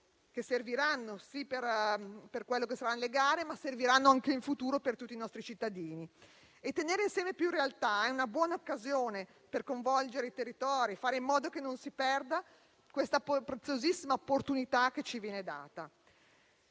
che serviranno, sì, per le gare, ma anche in futuro per tutti i nostri cittadini. Tenere insieme più realtà è una buona occasione per coinvolgere i territori e fare in modo che non si perda questa preziosissima opportunità che ci viene offerta.